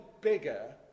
bigger